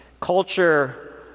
culture